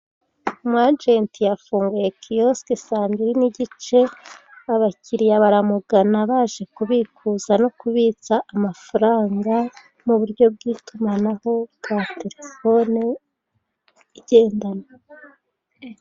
Umu ajenti yafunguye Kiyosike saa mbiri n'igice abakiriya baramugana baje kubikuza no kubitsa amafaranga mu buryo bw'itumanaho bwa telefoni igendanwa.